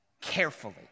carefully